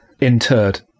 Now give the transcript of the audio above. Interred